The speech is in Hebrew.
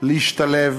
להשתלב